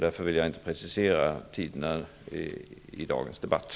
Därför vill jag i dagens debatt inte precisera tidpunkterna.